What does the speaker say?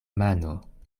mano